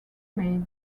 made